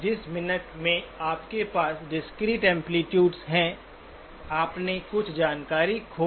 जिस मिनट में आपके पास डिस्क्रीट एम्पलीटुडेस हैं आपने कुछ जानकारी खो दी है